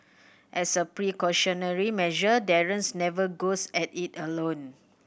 as a precautionary measure Darren never goes at it alone